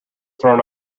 thrown